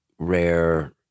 rare